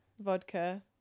vodka